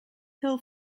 hill